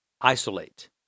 Isolate